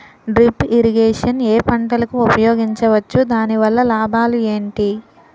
Drip irrigation ఏ పంటలకు ఉపయోగించవచ్చు? దాని వల్ల లాభాలు ఏంటి?